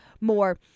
more